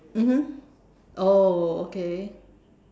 mmhmm oh okay